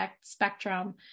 spectrum